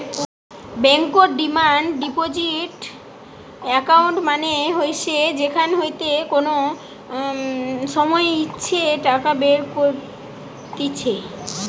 বেঙ্কর demand deposit account মানে হইসে যেখান হইতে যে কোনো সময় ইচ্ছে টাকা বের কত্তিছে